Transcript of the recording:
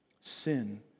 Sin